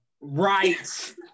Right